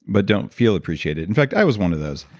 but don't feel appreciated. in fact, i was one of those.